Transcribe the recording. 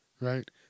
right